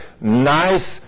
nice